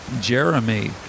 Jeremy